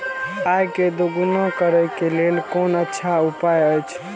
आय के दोगुणा करे के लेल कोन अच्छा उपाय अछि?